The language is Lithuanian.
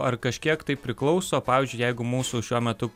ar kažkiek tai priklauso pavyzdžiui jeigu mūsų šiuo metu